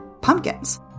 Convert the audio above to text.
pumpkins